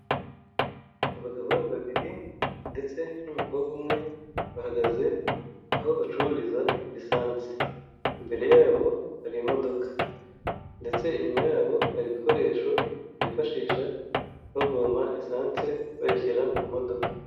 Abagabo babiri ndetse n'umukobwa umwe bahagaze aho bacururiza esansense, imbere yabo hari imodoka ndetse inyuma yabo hari ibikoresho bifashisha bavoma esanse bayishyira mu modoka.